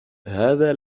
هذا